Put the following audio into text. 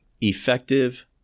effective